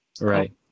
Right